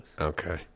Okay